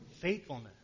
faithfulness